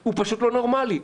הוא פשוט לא נורמלי.